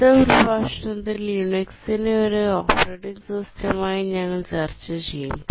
അടുത്ത പ്രഭാഷണത്തിൽ യുണിക്സിനെ ഒരു തത്സമയ ഓപ്പറേറ്റിംഗ് സിസ്റ്റമായി ഞങ്ങൾ ചർച്ച ചെയ്യും